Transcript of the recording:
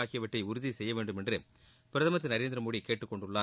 ஆகியவற்றை உறுதி செய்ய வேண்டும் என்று பிரதமர் திரு நரேந்திரமோடி கேட்டுக் கொண்டுள்ளார்